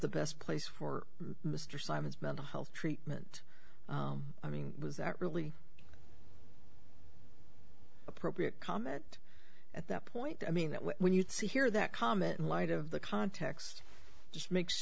the best place for mr simon's mental health treatment i mean really appropriate comment at that point i mean when you see here that comment in light of the context just makes